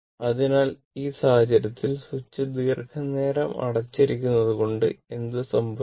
അതിനാൽ ഈ സാഹചര്യത്തിൽ സ്വിച്ച് ദീർഘനേരം അടച്ചിരിക്കുന്നത് കൊണ്ട് എന്ത് സംഭവിക്കും